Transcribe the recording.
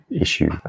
issue